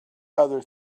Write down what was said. other